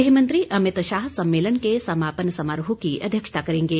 गृहमंत्री अमित शाह सम्मलेन के समापन समारोह की अध्यक्षता करेंगे